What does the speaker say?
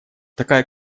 такая